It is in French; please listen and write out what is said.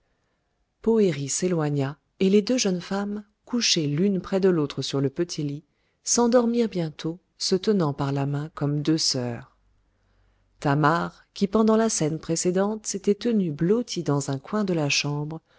poëri s'éloigna et les deux femmes couchées l'une près de l'autre sur le petit lit s'endormirent bientôt se tenant par la main comme deux sœurs thamar qui pendant la scène précédente s'était tenue blottie dans un coin de la chambre